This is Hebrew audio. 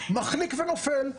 מחליק ונופל.